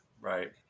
right